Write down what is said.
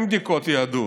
אין בדיקות יהדות.